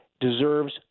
deserves